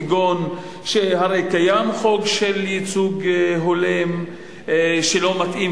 כגון שהרי קיים חוק של ייצוג הולם שלא מתאים,